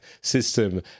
system